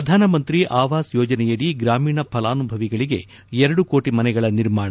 ಪ್ರಧಾನಮಂತಿ ಆವಾಸ್ ಯೋಜನೆಯಡಿ ಗ್ರಾಮೀಣ ಪಲಾನುಭವಿಗಳಿಗೆ ಎರಡು ಕೋಟಿ ಮನೆಗಳ ನಿರ್ಮಾಣ